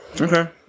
Okay